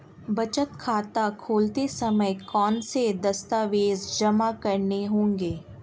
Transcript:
बचत खाता खोलते समय कौनसे दस्तावेज़ जमा करने होंगे?